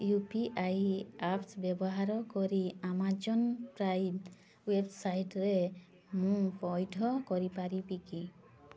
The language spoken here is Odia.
ୟୁ ପି ଆଇ ଆପ୍ସ ବ୍ୟବାହାର କରି ଆମାଜନ୍ ପ୍ରାଇମ୍ ୱେବସାଇଟ୍ରେ ମୁଁ ପୈଠ କରିପାରିବି କି